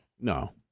No